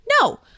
No